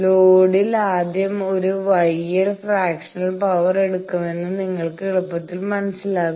ലോഡിൽ ആദ്യം ഒരു γ L ഫ്രാക്ഷണൽ പവർ എടുക്കുന്നുവെന്ന് നിങ്ങൾക്ക് എളുപ്പത്തിൽ മനസ്സിലാകും